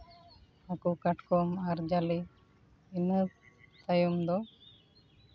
ᱦᱟᱹᱠᱩ ᱠᱟᱴᱠᱚᱢ ᱟᱨ ᱡᱟᱞᱮ ᱤᱱᱟᱹ ᱛᱟᱭᱚᱢ ᱫᱚ